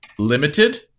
Limited